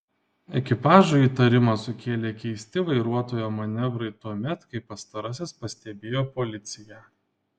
ekipažui įtarimą sukėlė keisti vairuotojo manevrai tuomet kai pastarasis pastebėjo policiją